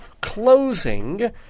closing